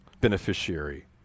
beneficiary